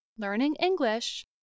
learningenglish